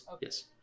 yes